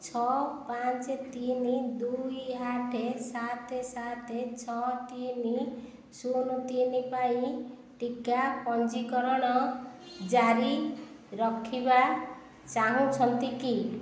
ଛଅ ପାଞ୍ଚ ତିନି ଦୁଇ ଆଠ ସାତ ସାତ ଛଅ ତିନି ଶୂନ ତିନି ପାଇଁ ଟିକା ପଞ୍ଜୀକରଣ ଜାରି ରଖିବା ଚାହୁଁଛନ୍ତି କି